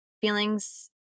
Feelings